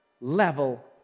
level